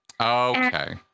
Okay